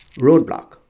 roadblock